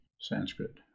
Sanskrit